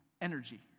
energy